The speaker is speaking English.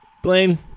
Blaine